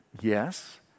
yes